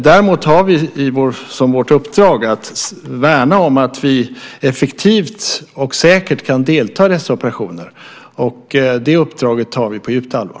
Däremot har vi som vårt uppdrag att värna om att vi effektivt och säkert kan delta i dessa operationer. Det uppdraget tar vi på djupt allvar.